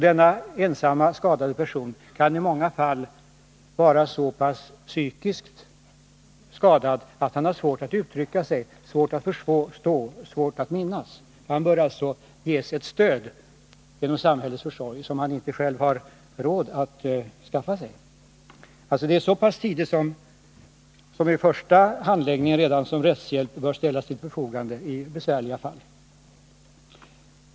Denna ensamma skadade person kan i många fall vara så psykiskt skadad att han har svårt att uttrycka sig, svårt att förstå, svårt att minnas. Han bör genom samhällets försorg ges det stöd som han själv inte har råd att skaffa sig. Det är alltså redan i den första handläggningen som rättshjälp bör ställas till förfogande i besvärliga fall.